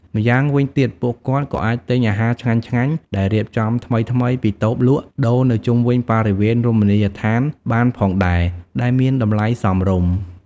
ម៉្យាងវិញទៀត ពួកគាត់ក៏អាចទិញអាហារឆ្ងាញ់ៗដែលរៀបចំថ្មីៗពីតូបលក់ដូរនៅជុំវិញបរិវេណរមណីយដ្ឋានបានផងដែរ ដែលមានតម្លៃសមរម្យ។